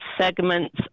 segments